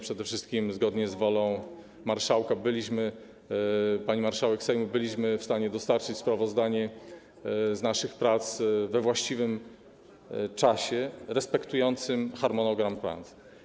Przede wszystkim zgodnie z wolą pani marszałek Sejmu byliśmy w stanie dostarczyć sprawozdanie z naszych prac we właściwym czasie, respektując harmonogram prac.